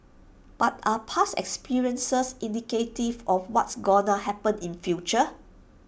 but are past experiences indicative of what's gonna happen in future